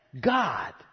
God